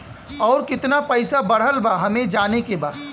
और कितना पैसा बढ़ल बा हमे जाने के बा?